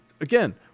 again